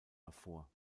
hervor